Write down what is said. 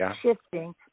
shifting